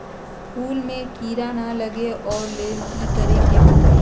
फूल में किरा ना लगे ओ लेल कि करे के होतई?